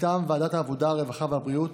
מטעם ועדת העבודה, הרווחה והבריאות